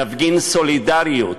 נפגין סולידריות.